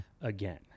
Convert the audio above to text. again